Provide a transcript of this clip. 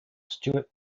stewart